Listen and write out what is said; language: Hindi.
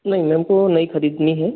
नहीं मैम को नई खरीदनी है